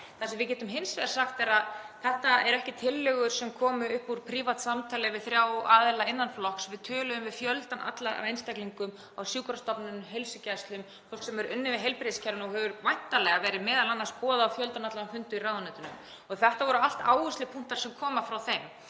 Það sem við getum hins vegar sagt er að þetta eru ekki tillögur sem komu upp úr prívat samtali við þrjá aðila innan flokks heldur töluðum við við fjöldann allan af einstaklingum á sjúkrastofnunum, heilsugæslum, fólk sem hefur unnið í heilbrigðiskerfinu og hefur væntanlega m.a. verið boðað á fjöldann allan af fundum í ráðuneytinu. Þetta eru allt áherslupunktar sem koma frá þeim.